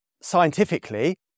scientifically